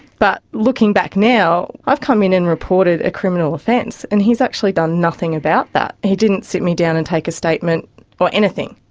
but looking back now, i've come in and reported a criminal offence, and he's actually done nothing about that, he didn't sit me down and take a statement or anything.